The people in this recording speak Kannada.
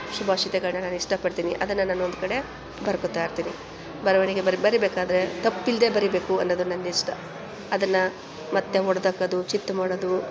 ಶುಭಾಷಿತಗಳನ್ನ ನಾನು ಇಷ್ಟಪಡ್ತೀನಿ ಅದನ್ನು ನಾನೊಂದು ಕಡೆ ಬರ್ಕೊಳ್ತಾ ಇರ್ತೀನಿ ಬರವಣಿಗೆ ಬರಿ ಬರಿಬೇಕಾದರೆ ತಪ್ಪಿಲ್ಲದೇ ಬರಿಬೇಕು ಅನ್ನೋದು ನನ್ನಿಷ್ಟ ಅದನ್ನು ಮತ್ತೆ ಒಡ್ದಾಕೋದು ಚಿತ್ತು ಮಾಡೋದು